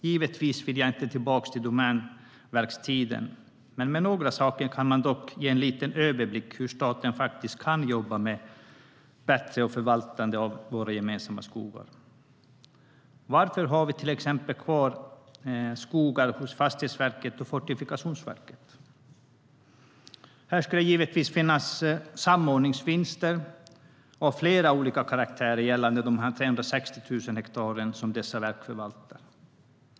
Givetvis vill jag inte tillbaka till Domänverkets tid, men några saker kan ge en liten överblick av hur staten kan jobba med bättre förvaltande av våra gemensamma skogar. Varför har vi till exempel kvar skogar hos Statens fastighetsverk och Fortifikationsverket? Det skulle givetvis ge flera vinster av olika karaktär att samordna de 360 000 hektar som dessa verk förvaltar.